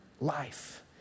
life